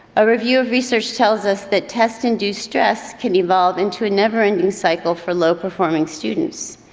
a review of research tells us that tests-induced stress can evolve into a never-ending cycle for low-performing students.